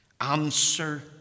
answer